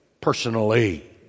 personally